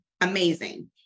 amazing